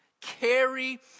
Carry